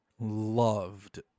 loved